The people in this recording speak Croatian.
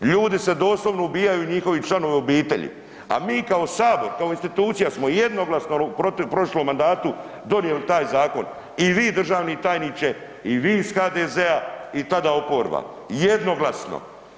Ljudi se doslovno ubijaju i njihovi članovi obitelji, a mi kao sabor kao institucija smo jednoglasno u prošlom mandatu donijeli taj zakon i vi državni tajniče i vi iz HDZ-a i tada oporba, jednoglasno.